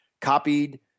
copied